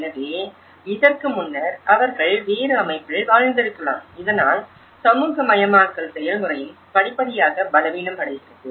எனவே இதற்கு முன்னர் அவர்கள் வேறு அமைப்பில் வாழ்ந்திருக்கலாம் இதனால் சமூகமயமாக்கல் செயல்முறையும் படிப்படியாக பலவீனமடைகிறது